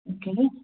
okay